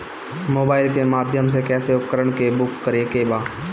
Mobile के माध्यम से कैसे उपकरण के बुक करेके बा?